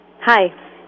Hi